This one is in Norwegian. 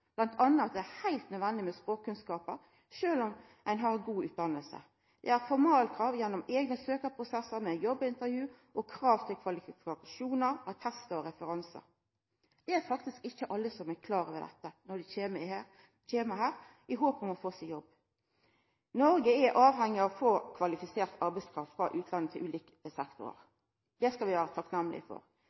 det er heilt nødvendig med språkkunnskapar sjølv om ein har god utdanning, og at det er formalkrav gjennom eigne søkjarprosessar, med jobbintervju og krav til kvalifikasjonar, attestar og referansar. Det er faktisk ikkje alle som er klar over dette når dei kjem hit i håp om å få seg ein jobb. Noreg er avhengig av å få kvalifisert arbeidskraft frå utlandet til ulike sektorar. Det skal vi